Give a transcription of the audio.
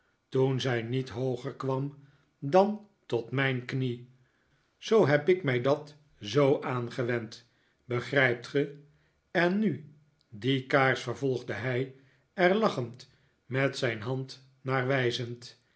toen zij niet hooger kwam dan tot mijn knie zoo heb ik mij dat zoo aangewend begrijpt ge en nu die kaars vervolgde hij er lachend met zijn hand naar wijzend